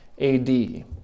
AD